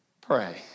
pray